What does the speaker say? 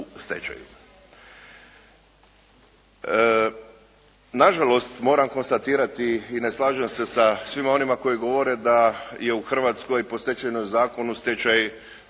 Na žalost moram konstatirati i ne slažem se sa svima onima koji govore da je u Hrvatskoj po Stečajnom zakonu stečaj